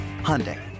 hyundai